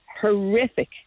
horrific